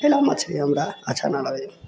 फिनो मछरी हमरा अच्छा नहि लगै हइ